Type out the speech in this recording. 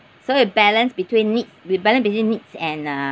so we balance between needs we balance between needs and uh